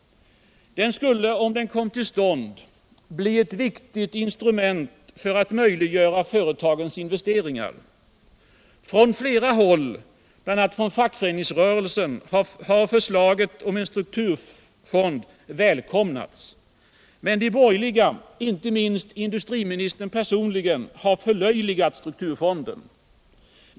Den skulle, om den kom till stånd, bli ett viktigt instrument för att möjliggöra företagens investeringar. Från flera håll, bl.a. från fackföreningsrörelsen, har förslaget om en strukturfond välkomnats. Men de borgerliga — inte minst industriministern personligen — har förlöjligat strukturfonden.